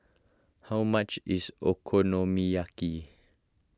how much is Okonomiyaki